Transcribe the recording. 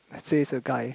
let say is a guy